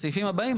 בסעיפים הבאים,